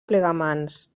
plegamans